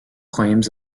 claims